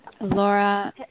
Laura